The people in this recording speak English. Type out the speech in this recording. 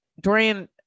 dorian